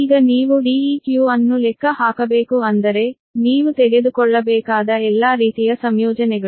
ಈಗ ನೀವು Deq ಅನ್ನು ಲೆಕ್ಕ ಹಾಕಬೇಕು ಅಂದರೆ ನೀವು ತೆಗೆದುಕೊಳ್ಳಬೇಕಾದ ಎಲ್ಲಾ ರೀತಿಯ ಸಂಯೋಜನೆಗಳು